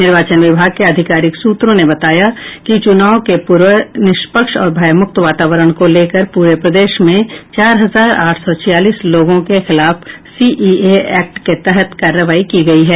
निर्वाचन विभाग के अधिकारिक सूत्रों ने बताया कि चुनाव के पूर्व निष्पक्ष और भयमुक्त वातावरण को लेकर पूरे प्रदेश में चार हजार आठ सौ छियालीस लोगों के खिलाफ सीसीए एक्ट के तहत कार्रवाई की गई है